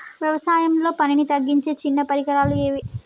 వ్యవసాయంలో పనిని తగ్గించే చిన్న పరికరాలు ఏవి?